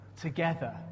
together